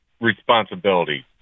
responsibility